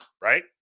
right